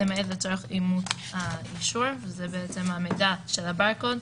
למעט לצורך אימות האישור." זה המידע של הברקוד,